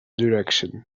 direction